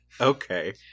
Okay